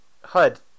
HUD